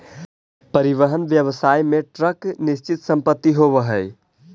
परिवहन व्यवसाय में ट्रक निश्चित संपत्ति होवऽ हई